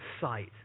sight